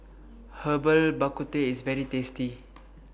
Herbal Bak Ku Teh IS very tasty